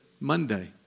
Monday